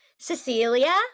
Cecilia